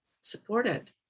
supported